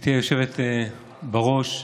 גברתי היושבת-ראש,